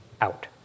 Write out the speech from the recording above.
out